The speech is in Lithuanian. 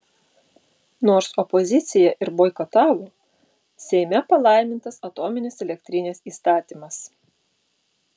nors opozicija ir boikotavo seime palaimintas atominės elektrinės įstatymas